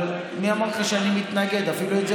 אבל, חבר הכנסת הרצנו,